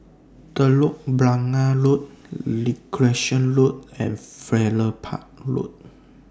Telok Blangah Road Recreation Road and Farrer Park Road